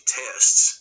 tests